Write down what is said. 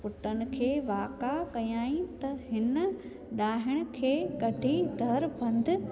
पुटनि खे वाका कयाई त हिन ॾाहिण खे कढी दरु बंदि